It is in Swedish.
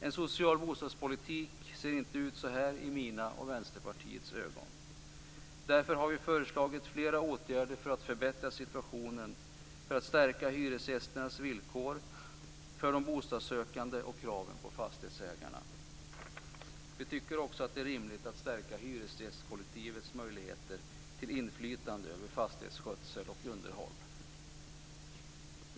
En social bostadspolitik ser inte ut så här i mina och Vänsterpartiets ögon. Därför har vi föreslagit flera åtgärder för att förbättra situationen, för att stärka hyresgästernas och de bostadssökandes villkor och öka kraven på fastighetsägarna. Vi tycker också att det är rimligt att stärka hyresgästkollektivets möjligheter till inflytande över fastighetsskötsel och underhåll.